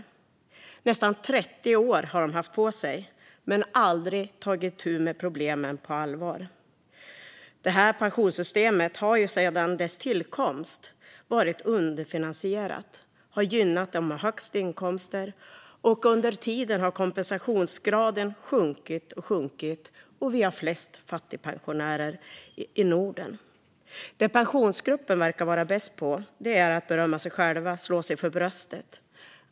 De har haft nästan 30 år på sig men har aldrig tagit itu med problemen på allvar. Det här pensionssystemet har sedan sin tillkomst varit underfinansierat och gynnat dem med högst inkomster. Under tiden har kompensationsgraden sjunkit och sjunkit. Vi har flest fattigpensionärer i Norden. Det som Pensionsgruppen verkar vara bäst på är att berömma sig själv och slå sig för bröstet.